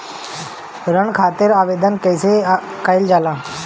ऋण खातिर आवेदन कैसे कयील जाला?